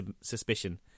suspicion